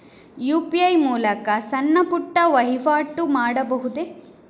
UPI ಮೂಲಕ ಸಣ್ಣ ಪುಟ್ಟ ವಹಿವಾಟು ಮಾಡಬಹುದೇ?